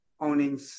owning